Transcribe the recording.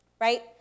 right